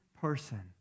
person